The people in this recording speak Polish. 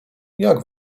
jak